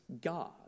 God